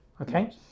okay